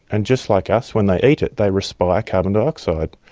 and just like us, when they eat it they respire carbon dioxide,